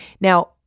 Now